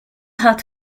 hat